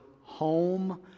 home